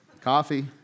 Coffee